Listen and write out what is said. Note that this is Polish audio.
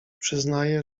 przyznaję